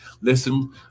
listen